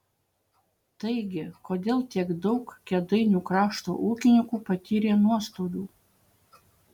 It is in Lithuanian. taigi kodėl tiek daug kėdainių krašto ūkininkų patyrė nuostolių